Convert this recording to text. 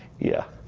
yeah.